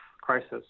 crisis